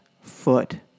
foot